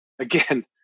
again